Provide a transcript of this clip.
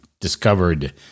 discovered